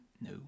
No